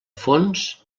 fons